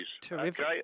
Terrific